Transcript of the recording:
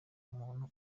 umuntu